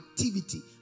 activity